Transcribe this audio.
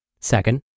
Second